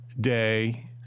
day